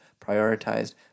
prioritized